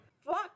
fuck